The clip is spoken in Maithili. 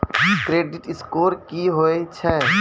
क्रेडिट स्कोर की होय छै?